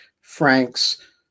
Frank's